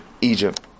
Egypt